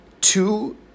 two